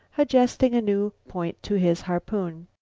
adjusting a new point to his harpoon.